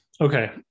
Okay